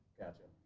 gotcha,